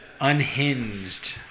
Unhinged